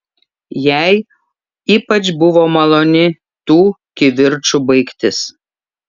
jai ypač buvo maloni tų kivirčų baigtis